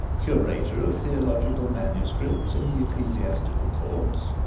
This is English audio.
curator of theological manuscripts in the ecclesiastical courts,